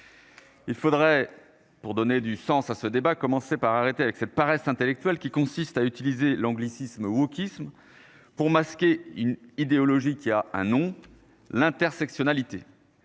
Il faudrait pour donner du sens à ce débat, à commencer par arrêter avec cette paresse intellectuelle qui consiste à utiliser l'anglicisme wokisme pour masquer une idéologie qui a un nom : l'intersexualité